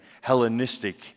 Hellenistic